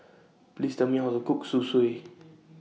Please Tell Me How to Cook Zosui